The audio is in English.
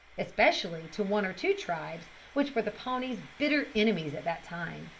especially to one or two tribes which were the pawnees' bitter enemies at that time.